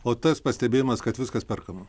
o tas pastebėjimas kad viskas perkama